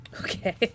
Okay